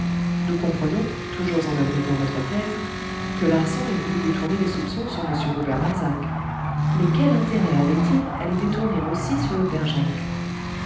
nous comprenons toujours en admettant votre thèse que larsan ait voulu détourner les soupçons sur m robert darzac mais quel intérêt avait-il à les détourner aussi sur le père jacques